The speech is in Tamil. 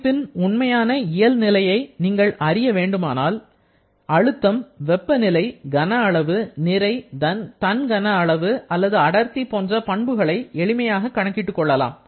அமைப்பின் உண்மையான இயல் நிலையை நீங்கள் அறிய வேண்டுமானால் உங்களால் அழுத்தம் வெப்பநிலை கன அளவு நிறை தன் கன அளவு அல்லது அடர்த்தி போன்ற பண்புகளை எளிமையாக கணக்கிட்டுக் கொள்ளலாம்